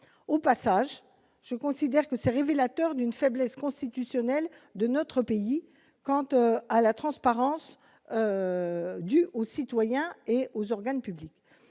au passage, je considère que c'est révélateur d'une faiblesse constitutionnelle de notre pays, quand on a la transparence due au citoyen et aux organes publics